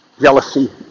jealousy